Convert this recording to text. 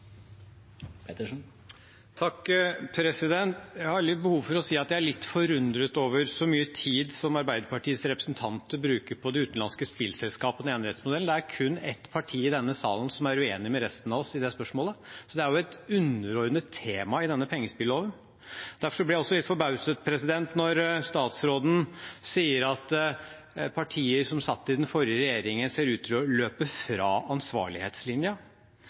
Jeg har behov for å si at jeg er litt forundret over så mye tid som Arbeiderpartiets representanter bruker på de utenlandske spillselskapene og enerettsmodellen. Det er kun ett parti i denne salen som er uenig med resten av oss i det spørsmålet, så det er jo et underordnet tema i denne pengespilloven. Derfor ble jeg også litt forbauset da statsråden sa at partier som satt i den forrige regjeringen, ser ut til å løpe fra